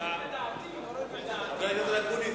חבר הכנסת אקוניס,